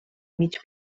mig